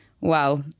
Wow